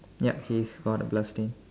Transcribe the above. ya he's got a blood stain